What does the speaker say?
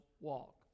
walk